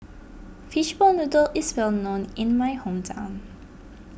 Fishball Noodle is well known in my hometown